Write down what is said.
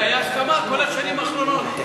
הייתה הסכמה כל השנים האחרונות.